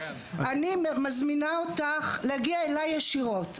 אני מזמינה אותך להגיע אלי ישירות,